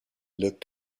looked